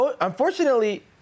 Unfortunately